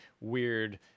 weird